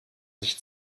sich